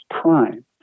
prime